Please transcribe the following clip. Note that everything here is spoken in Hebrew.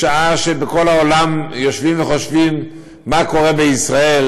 בשעה שבכל העולם יושבים וחושבים מה קורה בישראל,